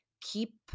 keep